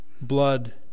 blood